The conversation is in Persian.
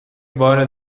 بار